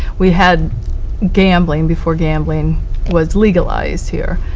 we had gambling before gambling was legalized here.